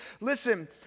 listen